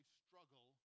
struggle